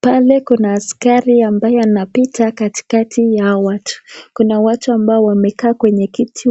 Pale kuna askari ambaye anapita katikati ya watu, kuna watu ambao wamekaa